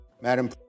Madam